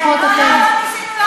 לפחות אתם.